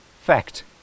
fact